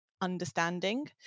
understanding